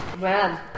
Man